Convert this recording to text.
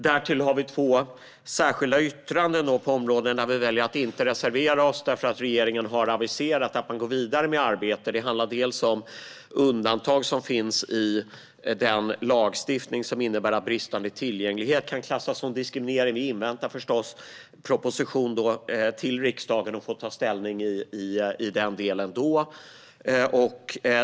Därtill har vi två särskilda yttranden på områden där vi väljer att inte reservera oss, eftersom regeringen har aviserat att man går vidare med arbete. Det handlar om undantag i den lagstiftning som innebär att bristande tillgänglighet kan klassas som diskriminering. Vi inväntar proposition till riksdagen och får ta ställning till den då.